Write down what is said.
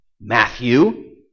Matthew